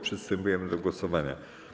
Przystępujemy do głosowania.